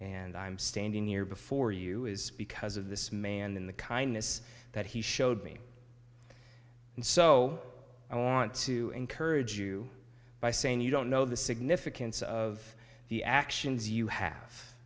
and i'm standing here before you is because of this man in the kindness that he showed me and so i want to encourage you by saying you don't know the significance of the actions you ha